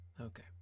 Okay